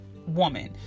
woman